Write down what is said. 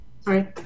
sorry